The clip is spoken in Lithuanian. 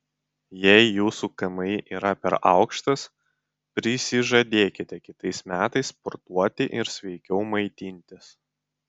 jei jūsų kmi yra per aukštas prisižadėkite kitais metais sportuoti ir sveikiau maitintis